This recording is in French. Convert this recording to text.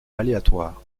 aléatoire